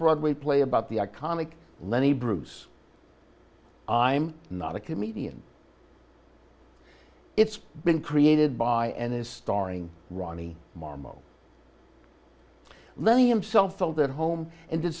broadway play about the iconic lenny bruce i'm not a comedian it's been created by and is starring ronnie marmo lenny himself felt at home and did